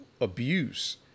abuse